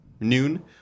noon